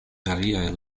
variaj